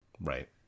right